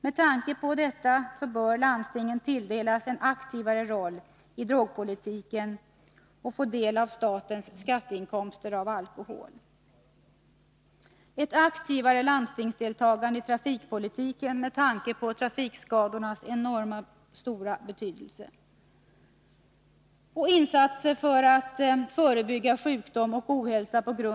Med tanke på detta bör landstingen tilldelas en aktivare roll i drogpolitiken och få del av statens skatteinkomster av alkohol. - Ett aktivare landstingsdeltagande i trafikpolitiken med tanke på trafikskadornas enormt stora betydelse.